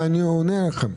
ואני עונה לכם,